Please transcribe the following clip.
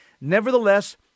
Nevertheless